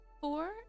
four